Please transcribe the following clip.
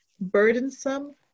burdensome